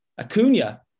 Acuna